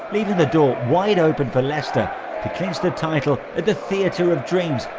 leaving the door wide open for leicester to clinch the title at the theatre of dreams,